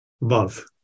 love